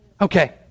Okay